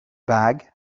bag